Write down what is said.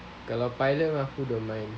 kalau pilot lah who don't mind